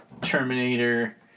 Terminator